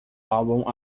álbum